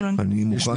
מאומתים.